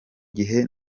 gihe